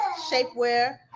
shapewear